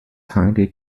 highly